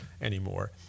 anymore